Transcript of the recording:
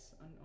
on